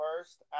first